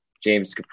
James